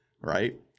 right